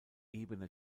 ebene